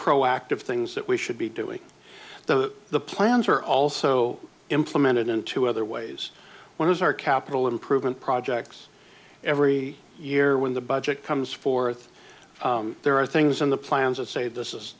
proactive things that we should be doing the the plans are also implemented into other ways one of our capital improvement projects every year when the budget comes forth there are things in the plans that say this is